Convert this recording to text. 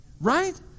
right